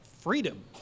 freedom